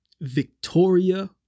Victoria